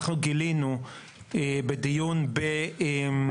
גם ברידינג אנחנו ואתה הזכרת את רידינג באנו ואמרנו